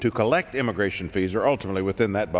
to collect immigration fees are ultimately within that